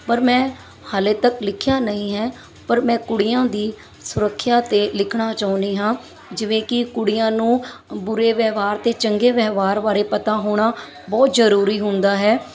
ਪਰ ਮੈਂ ਹਾਲੇ ਤੱਕ ਲਿਖਿਆ ਨਹੀਂ ਹੈ ਪਰ ਮੈਂ ਕੁੜੀਆਂ ਦੀ ਸੁਰੱਖਿਆ 'ਤੇ ਲਿਖਣਾ ਚਾਹੁੰਦੀ ਹਾਂ ਜਿਵੇਂ ਕਿ ਕੁੜੀਆਂ ਨੂੰ ਬੁਰੇ ਵਿਵਹਾਰ ਅਤੇ ਚੰਗੇ ਵਿਵਹਾਰ ਬਾਰੇ ਪਤਾ ਹੋਣਾ ਬਹੁਤ ਜ਼ਰੂਰੀ ਹੁੰਦਾ ਹੈ